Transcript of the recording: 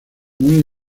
muy